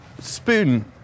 Spoon